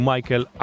Michael